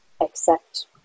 accept